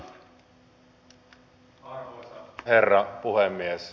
arvoisa herra puhemies